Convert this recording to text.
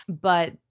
But-